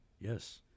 Yes